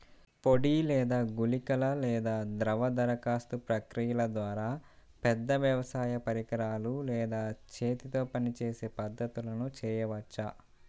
పొడి లేదా గుళికల లేదా ద్రవ దరఖాస్తు ప్రక్రియల ద్వారా, పెద్ద వ్యవసాయ పరికరాలు లేదా చేతితో పనిచేసే పద్ధతులను చేయవచ్చా?